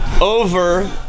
over